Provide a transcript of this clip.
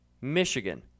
Michigan